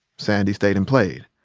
sandy stayed and played.